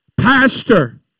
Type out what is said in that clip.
Pastor